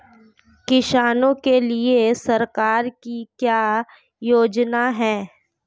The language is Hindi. किसानों के लिए सरकार की क्या योजनाएं हैं?